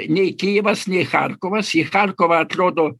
nei kijevas nei charkovas į charkovą atrodo